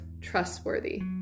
trustworthy